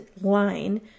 line